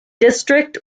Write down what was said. district